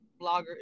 blogger